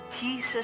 Jesus